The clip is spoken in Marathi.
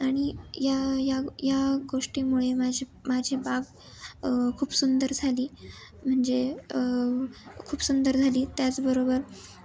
आणि या या या गोष्टीमुळे माझे माझे बाग खूप सुंदर झाली म्हणजे खूप सुंदर झाली त्याचबरोबर